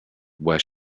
where